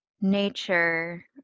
nature